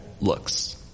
looks